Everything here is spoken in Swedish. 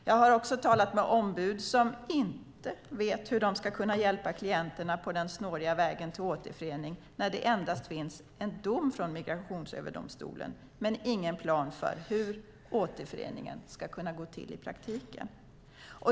Jag har också talat med ombud som inte vet hur de ska hjälpa klienterna på den snåriga vägen till återförening när det endast finns en dom från Migrationsöverdomstolen men ingen plan för hur återföreningen ska gå till i praktiken.